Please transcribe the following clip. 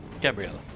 Gabriella